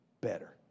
better